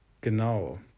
Genau